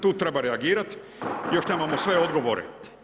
Tu treba reagirati, još trebamo sve odgovore.